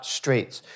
streets